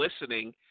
listening